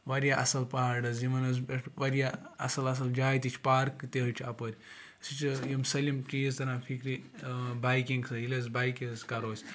واریاہ اَصٕل پہاڑ حظ یِمَن حظ پٮ۪ٹھ واریاہ اَصٕل اَصٕل جایہِ تہِ چھِ پارکہٕ تہِ حظ چھِ اَپٲرۍ أسۍ حظ چھِ یِم سٲلِم چیٖز تَران فِکرِ بایِکِنٛگ خٲطرٕ ییٚلہِ حظ بایِکہِ حظ کَرو أسۍ